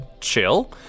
chill